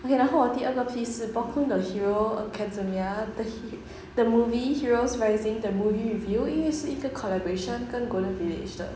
okay 然后我第二个 piece 是 reporting the hero academia the heat the movie heroes rising the movie review 因为是一个 collaboration 跟 golden village 的